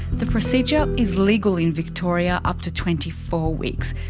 the procedure is legal in victoria up to twenty four weeks,